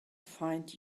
find